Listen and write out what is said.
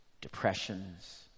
depressions